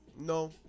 No